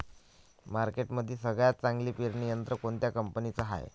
मार्केटमंदी सगळ्यात चांगलं पेरणी यंत्र कोनत्या कंपनीचं हाये?